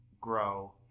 grow